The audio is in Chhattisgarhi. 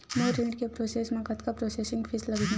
मोर ऋण के प्रोसेस म कतका प्रोसेसिंग फीस लगही?